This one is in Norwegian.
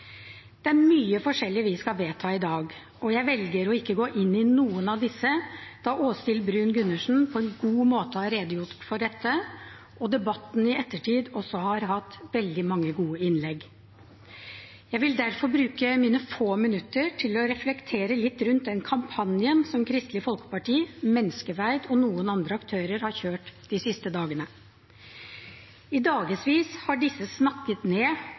Det er mye forskjellig vi skal vedta i dag, og jeg velger å ikke gå inn i noe av dette, da Åshild Bruun-Gundersen på en god måte har redegjort for det, og det også har vært veldig mange gode innlegg i debatten i ettertid. Jeg vil derfor bruke mine få minutter til å reflektere litt rundt den kampanjen som Kristelig Folkeparti, Menneskeverd og noen andre aktører har kjørt de siste dagene. I dagevis har disse snakket ned